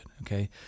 okay